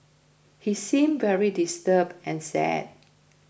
he seemed very disturbed and sad